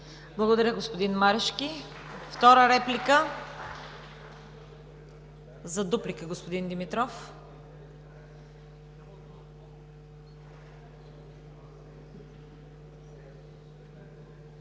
Благодаря, господин Марешки. Втора реплика? За дуплика – господин Димитров.